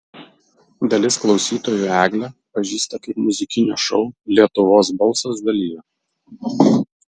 dalis klausytojų eglę pažįsta kaip muzikinio šou lietuvos balsas dalyvę